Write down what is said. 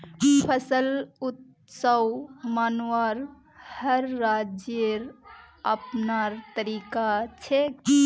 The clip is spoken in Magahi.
फसल उत्सव मनव्वार हर राज्येर अपनार तरीका छेक